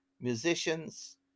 musicians